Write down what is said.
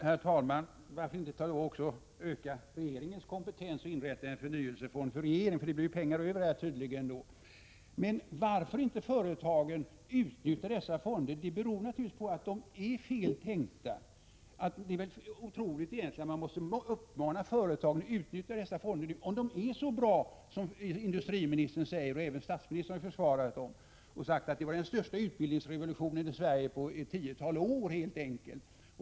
Herr talman! Varför inte också öka regeringens kompetens och inrätta en förnyelsefond för regeringen — det blir tydligen pengar över till det. Att företagen inte utnyttjar dessa fonder beror naturligtvis på att de är fel tänkta. Det är egentligen otroligt att man måste uppmana företagen att utnyttja fonderna, om de nu är så bra som industriministern säger. Även statsministern har försvarat dem och sagt att det är fråga om den största utbildningsrevolutionen i Sverige på ett tiotal år.